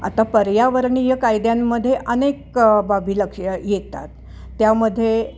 आता पर्यावरणीय कायद्यांमध्ये अनेक बाबी लक्ष येतात त्यामध्ये